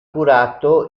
curato